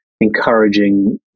encouraging